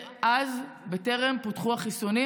בטרם פותחו החיסונים,